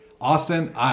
Austin